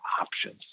options